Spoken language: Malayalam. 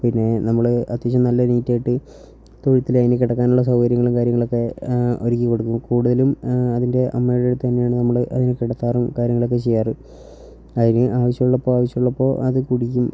പിന്നെ നമ്മൾ അത്യാവശ്യം നല്ല നീറ്റായിട്ട് തൊഴുത്തിൽ അതിനു കിടക്കാനുള്ള സൗകര്യങ്ങളും കാര്യങ്ങളൊക്കെ ഒരുക്കിക്കൊടുക്കും കൂടുതലും അതിൻ്റെ അമ്മയുടെ അടുത്തു തന്നെയാണ് നമ്മൾ അതിനെ കിടത്താറും കാര്യങ്ങളൊക്കെ ചെയ്യാറ് അതിന് ആവശ്യമുള്ളപ്പോൾ ആവശ്യമുള്ളപ്പോൾ അത് കുടിക്കും